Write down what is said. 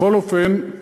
בכל אופן,